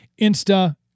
Insta